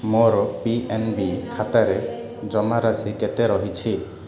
ମୋର P N B ଖାତାରେ ଜମାରାଶି କେତେ ରହିଛି